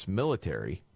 military